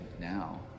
now